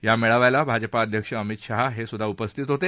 या मेळाव्याला भाजपा अध्यक्ष अमित शहा हेही उपस्थित होते